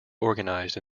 organized